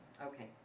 Okay